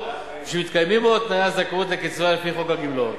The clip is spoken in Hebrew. ושמתקיימים בו תנאי הזכאות לקצבה לפי חוק הגמלאות,